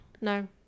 no